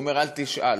הוא אומר: אל תשאל.